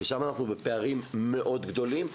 שם אנחנו בפערים מאוד גדולים,